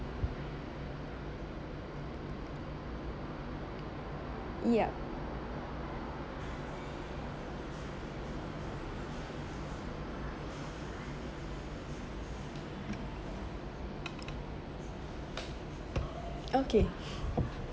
yup okay